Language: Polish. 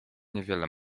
niewiele